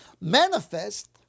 manifest